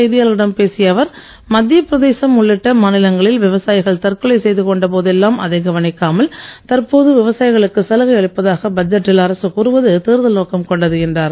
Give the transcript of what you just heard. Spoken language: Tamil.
செய்தியாளர்களிடம் பேசிய அவர் மத்திய பிரதேசம் உள்ளிட்ட மாநிலங்களில் விவசாயிகள் தற்கொலை செய்து கொண்ட போதெல்லாம் அதை கவனிக்காமல் தற்போது விவசாயிகளுக்கு சலுகை அளிப்பதாக பட்ஜெட்டில் அரசு கூறுவது தேர்தல் நோக்கம் கொண்டது என்றார்